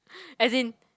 as in